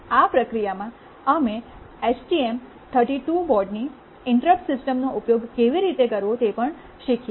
આ પ્રક્રિયામાં અમે એસટીએમ 32 બોર્ડની ઇન્ટરપ્ટ સિસ્ટમનો ઉપયોગ કેવી રીતે કરવો તે પણ શીખ્યા